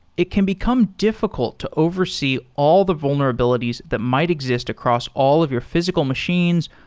it can become diffi cult to oversee all the vulnerabilities that might exist across all of your physical machines,